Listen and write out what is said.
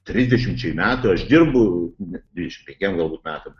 trisdešimčiai metų aš dirbu dvidešimt penkiem galbūt metam